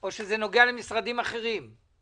או למשרדים אחרים?